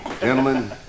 Gentlemen